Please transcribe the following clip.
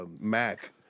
Mac